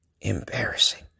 Embarrassing